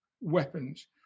weapons